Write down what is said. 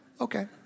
Okay